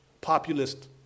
populist